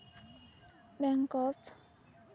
Bangkok